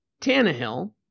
Tannehill